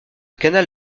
canal